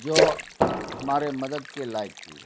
جو ہمارے مدد کے لائک چیز ہے